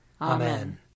Amen